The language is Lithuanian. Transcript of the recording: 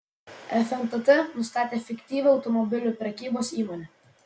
fntt nustatė fiktyvią automobilių prekybos įmonę